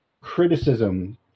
criticism